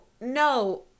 no